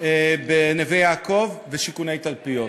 בנווה-יעקב ובשיכוני תלפיות.